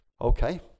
okay